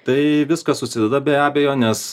tai viskas susideda be abejo nes